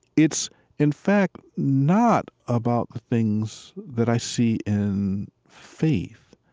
it's in fact not about the things that i see in faith.